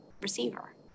receiver